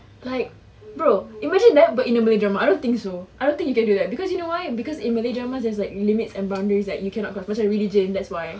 like bro imagine that but in a malay drama I don't think so I don't think you can do that because you know why because in malay dramas there's like limits and boundaries that you cannot pasal religion that's why